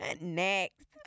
Next